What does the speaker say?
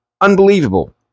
unbelievable